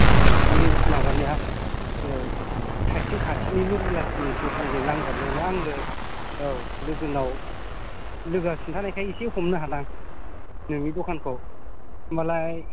औ बे माबानिया ओ थाइख्रिं खाथिनि नगरबिलाशनि दखानजों नांजाबनायावनो आङो औ लोगोनाव लोगोआ खिन्थानायखाय इसे हमनो हादों आं नोंनि दखानखौ ओम्बालाय